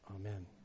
amen